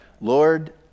Lord